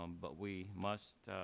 um but we must